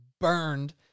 burned